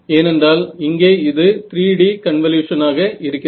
ஏனென்றால் இங்கே இது 3D கன்வல்யூஷனாக இருக்கிறது